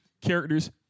characters